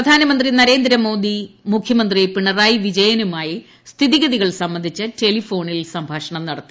പ്രധാനമന്ത്രി നരേന്ദ്രമോദി മുഖ്യമന്ത്രി പിണറായി വിജയനുമായി സ്ഥിതിഗതികൾ സംബന്ധിച്ച് ടെലിഫോണ്ടിൽ സംഭാഷണം നടത്തി